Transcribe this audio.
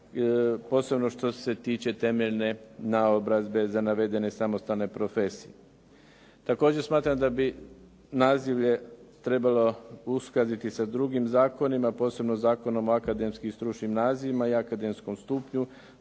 posebno što se tiče temeljne naobrazbe za navedene samostalne profesije. Također smatram da bi nazivlje trebalo uskladiti sa drugim zakonima posebno Zakonom o akademskim i stručnim nazivima i akademskim stupnjem,